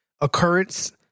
occurrence